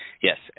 yes